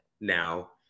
now